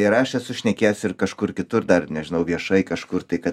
ir aš esu šnekėjęs ir kažkur kitur dar nežinau viešai kažkur tai kad